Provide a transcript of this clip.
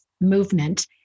movement